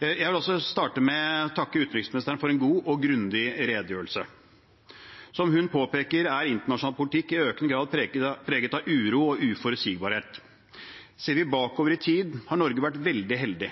Jeg vil også starte med å takke utenriksministeren for en god og grundig redegjørelse. Som hun påpeker, er internasjonal politikk i økende grad preget av uro og uforutsigbarhet. Ser vi bakover i tid, har Norge vært veldig heldig.